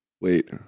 wait